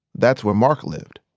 that's where mark lived.